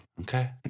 Okay